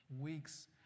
weeks